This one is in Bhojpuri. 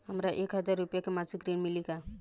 हमका एक हज़ार रूपया के मासिक ऋण मिली का?